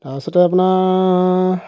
তাৰপিছতে আপোনাৰ